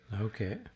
Okay